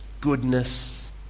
goodness